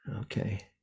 okay